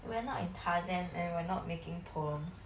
we're not in tarzan and we're not making poems